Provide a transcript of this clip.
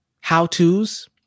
how-tos